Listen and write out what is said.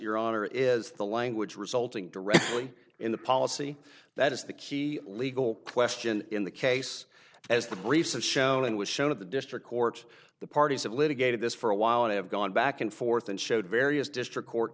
your honor is the language resulting directly in the policy that is the key legal question in the case as the briefs have shown and was shown at the district court the parties have litigated this for a while and have gone back and forth and showed various district court